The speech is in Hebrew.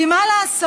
כי מה לעשות,